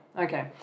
okay